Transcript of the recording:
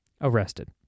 arrested